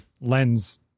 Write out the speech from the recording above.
lens